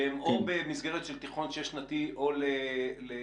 שהם או במסגרת של תיכון שש-שנתי או לעצמם,